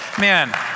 man